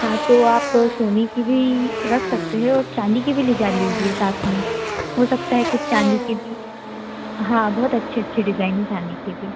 हाँ तो आप सोने की भी रख सकते हैं और चाँदी की ली जा लीजिए साथ में हो सकता है कुछ चाँदी के भी हाँ बहुत अच्छे अच्छे डिज़ाइन हैं चाँदी के भी